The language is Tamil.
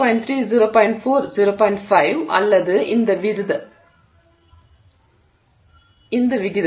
5 அல்லது அந்த விகிதத்தில்